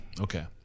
Okay